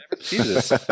Jesus